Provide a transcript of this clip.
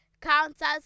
counters